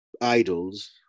idols